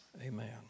Amen